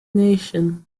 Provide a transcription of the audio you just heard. nation